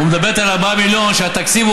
הוא מדבר איתי על 4 מיליון כשהתקציב הוא